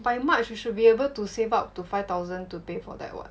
by march you should be able to save up to five thousand to pay for that [what]